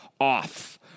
off